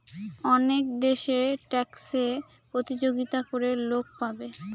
অনেক দেশে ট্যাক্সে প্রতিযোগিতা করে লোক পাবে